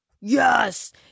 Yes